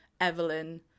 evelyn